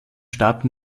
starb